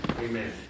Amen